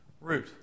root